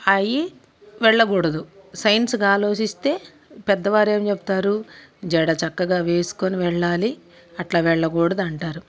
అవి వెళ్ళకూడదు సైన్స్గా ఆలోచిస్తే పెద్దవారేం చెప్తారు జడ చక్కగా వేసుకొని వెళ్ళాలి అట్లా వెళ్ళకూడదు అంటారు